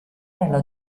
nella